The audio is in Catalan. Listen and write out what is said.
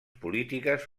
polítiques